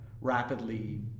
rapidly